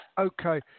Okay